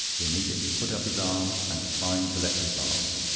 he immediately put up his arm, and declined to let me pass.